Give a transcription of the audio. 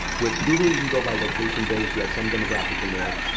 with google, you can go by location base, you have some demographics in there.